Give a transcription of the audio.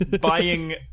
buying